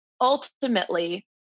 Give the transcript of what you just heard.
Ultimately